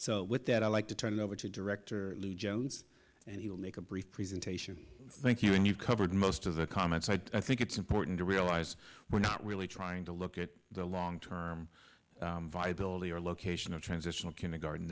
so with that i'd like to turn it over to director lee jones and he will make a brief presentation thank you and you've covered most of the comments i think it's important to realize we're not really trying to look at the long term viability or location of transitional kindergarten